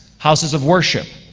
houses of worship,